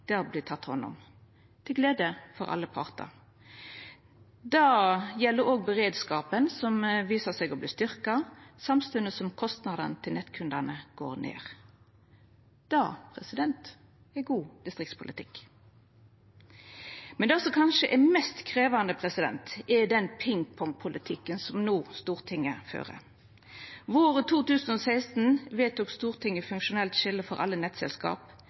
hand om – til glede for alle partar. Det gjeld òg beredskapen, som viser seg å verta styrkt, samstundes som kostnadane til nettkundane går ned. Det er god distriktspolitikk. Det som kanskje er det mest krevjande, er den ping-pong-politikken som Stortinget fører no. Våren 2016 vedtok Stortinget funksjonelt skilje for alle nettselskap,